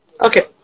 Okay